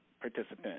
participant